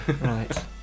Right